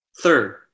Third